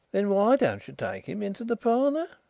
then why don't you take him into the parlour?